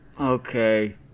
Okay